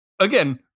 again